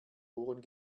ohren